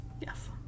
Yes